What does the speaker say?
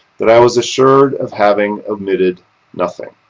that i was assured of having omitted nothing.